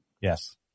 Yes